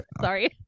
Sorry